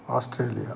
Australia